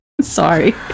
sorry